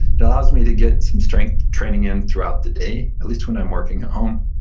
it allows me to get some strength training in throughout the day, at least when i'm working at home,